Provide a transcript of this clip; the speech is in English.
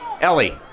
Ellie